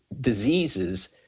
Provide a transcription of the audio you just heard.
diseases